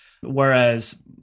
Whereas